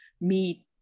meet